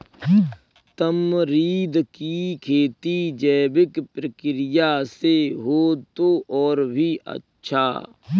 tamarind की खेती जैविक प्रक्रिया से हो तो और भी अच्छा